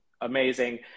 amazing